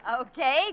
Okay